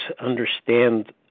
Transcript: understand